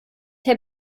herr